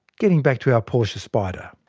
getting back to our portia spider.